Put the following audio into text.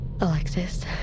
Alexis